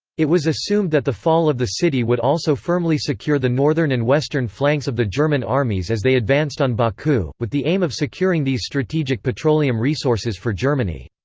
it was assumed that the fall of the city would also firmly secure the northern and western flanks of the german armies as they advanced on baku, with the aim of securing these strategic petroleum resources for germany.